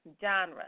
genre